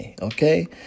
okay